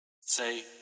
Say